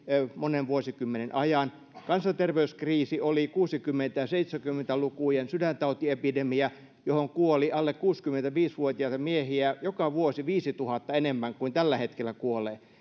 monen vuosikymmenen ajan kansanterveyskriisi oli kuusikymmentä viiva seitsemänkymmentä lukujen sydäntautiepidemia johon kuoli alle kuusikymmentäviisi vuotiaita miehiä joka vuosi viidentuhannen enemmän kuin tällä hetkellä kuolee